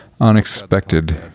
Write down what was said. unexpected